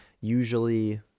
usually